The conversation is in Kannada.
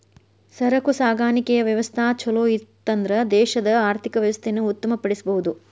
ಸರಕು ಸಾಗಾಣಿಕೆಯ ವ್ಯವಸ್ಥಾ ಛಲೋಇತ್ತನ್ದ್ರ ದೇಶದ ಆರ್ಥಿಕ ವ್ಯವಸ್ಥೆಯನ್ನ ಉತ್ತಮ ಪಡಿಸಬಹುದು